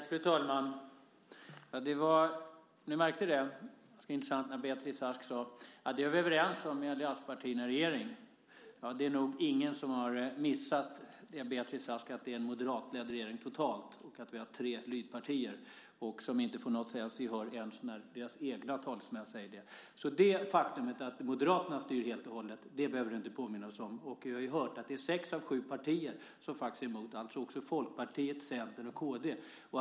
Fru talman! Ni märkte väl - det var ganska intressant - att Beatrice Ask sade att de är överens om detta i allianspartierna i regeringen. Det är väl ingen som har missat, Beatrice Ask, att det är en moderatledd regering totalt och att vi har tre lydpartier som inte får något som helst gehör ens när deras egna talesmän säger detta. Det faktum att Moderaterna styr helt och hållet behöver du inte påminna oss om. Vi har hört att det är sex av sju partier som är emot - alltså också Folkpartiet, Centern och Kristdemokraterna.